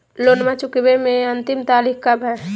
लोनमा चुकबे के अंतिम तारीख कब हय?